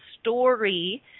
story